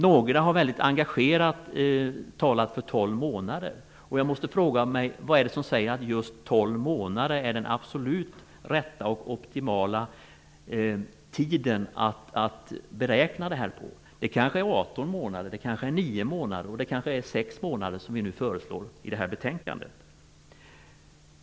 Några har mycket engagerat talat för 12 månader. Jag måste fråga mig: Vad är det som säger att just 12 månader är den absolut rätta och optimala tiden att beräkna detta på? Det kanske är 18 månader, det kanske år 9 månader och det kanske är 6 månader, som vi nu föreslår i det här betänkandet.